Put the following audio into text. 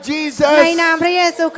Jesus